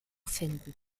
finden